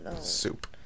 Soup